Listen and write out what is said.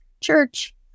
church